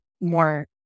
more